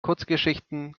kurzgeschichten